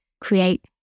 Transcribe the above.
create